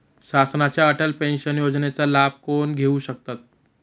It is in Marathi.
शासनाच्या अटल पेन्शन योजनेचा लाभ कोण घेऊ शकतात?